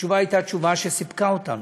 התשובה הייתה תשובה שסיפקה אותנו,